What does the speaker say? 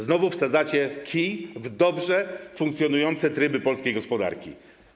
Znowu wsadzacie kij w dobrze funkcjonujące tryby polskiej gospodarki.